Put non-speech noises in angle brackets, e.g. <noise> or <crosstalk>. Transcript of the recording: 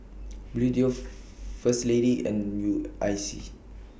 Bluedio <hesitation> First Lady and U I C